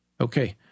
Okay